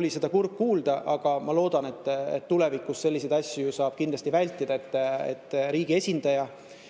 oli seda kurb kuulda, aga ma loodan, et tulevikus saab selliseid asju vältida. Riigi esindaja